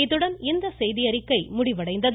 இத்துடன் இந்த செய்தியறிக்கை முடிவடைந்தது